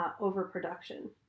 overproduction